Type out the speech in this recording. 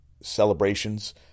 celebrations